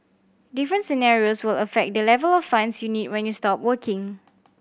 different scenarios will affect the level of funds you need when you stop working